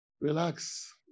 Relax